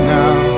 now